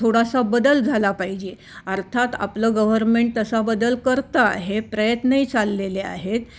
थोडासा बदल झाला पाहिजे अर्थात आपलं गव्हर्मेंट तसा बदल करत आहे प्रयत्नही चाललेले आहेत